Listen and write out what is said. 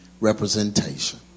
representation